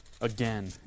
again